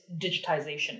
digitization